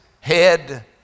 head